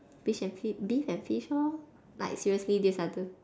fish and fib beef and fish lor like seriously these are the